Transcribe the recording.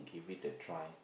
give it a try